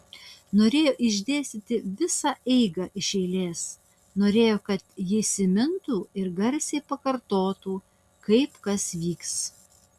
norėjo išdėstyti visą eigą iš eilės norėjo kad ji įsimintų ir garsiai pakartotų kaip kas vyks